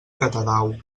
catadau